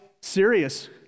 serious